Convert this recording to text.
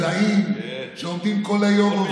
מיוזעים שעובדים כל היום, אלה שעובדים קשה.